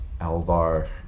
Alvar